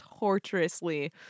Torturously